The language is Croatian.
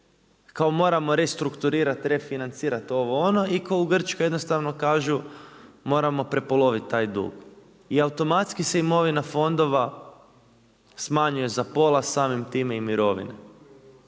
kao moramo restrukturirati, refinancirati, ovo, ono, i kao u Grčkoj jednostavno kažu moramo prepoloviti taj dug. I automatski se imovna fondova smanjuje za pola samim time i mirovine.